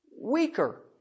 weaker